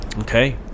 Okay